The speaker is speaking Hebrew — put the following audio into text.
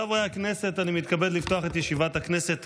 חברי הכנסת, אני מתכבד לפתוח את ישיבת הכנסת.